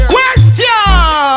Question